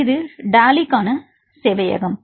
எனவே இது டாலிக்கான சேவையகம்